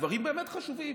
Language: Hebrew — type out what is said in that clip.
דברים באמת חשובים,